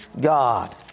God